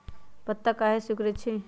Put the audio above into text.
पत्ता काहे सिकुड़े छई?